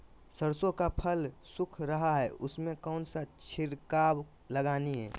सरसो का फल सुख रहा है उसमें कौन सा छिड़काव लगानी है?